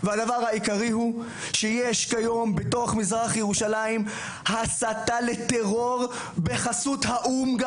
הדבר העיקרי הוא שיש כיום בתוך מזרח ירושלים הסתה לטרור בחסות האו"ם.